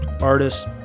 artists